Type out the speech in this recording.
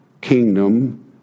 kingdom